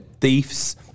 thieves